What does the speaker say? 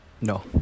No